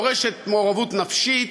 דורשת מעורבות נפשית.